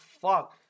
fuck